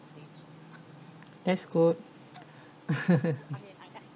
that's good